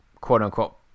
quote-unquote